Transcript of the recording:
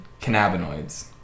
Cannabinoids